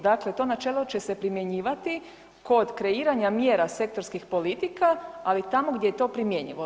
Dakle to načelo će se primjenjivati kod kreiranja mjera sektorskih politika, ali tamo gdje je to primjenjivo.